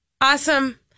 Awesome